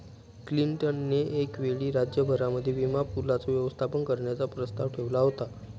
Clinton ने एक वेळी राज्य भरामध्ये विमा पूलाचं व्यवस्थापन करण्याचा प्रस्ताव ठेवला होता